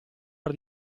per